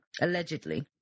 allegedly